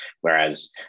Whereas